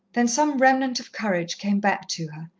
then some remnant of courage came back to her,